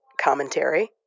commentary